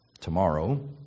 tomorrow